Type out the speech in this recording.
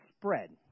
spread